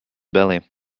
belly